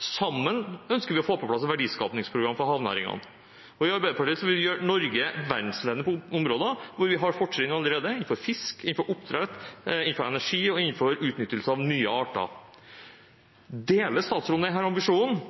Sammen ønsker vi å få på plass et verdiskapingsprogram for havnæringene. Arbeiderpartiet vil gjøre Norge verdensledende på områder der vi har fortrinn allerede – innenfor fisk, innenfor oppdrett, innenfor energi og innenfor utnyttelse av nye arter. Deler statsråden denne ambisjonen?